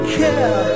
care